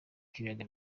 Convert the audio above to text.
k’ibiyaga